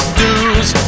dues